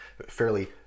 fairly